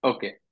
Okay